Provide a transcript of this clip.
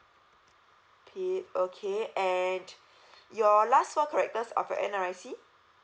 pitt okay and your last four characters of your N_R_I_C